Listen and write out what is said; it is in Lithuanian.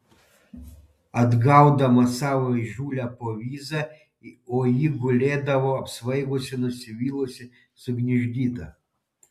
atgaudamas savo įžūlią povyzą o ji gulėdavo apsvaigusi nusivylusi sugniuždyta